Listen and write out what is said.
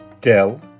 Dell